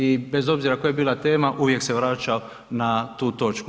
I bez obzira koja je bila tema uvijek se vraćao na tu točku.